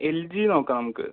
LG നോക്കാം നമുക്ക്